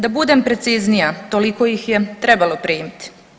Da budemo preciznija, toliko ih je trebalo primiti.